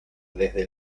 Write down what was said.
desde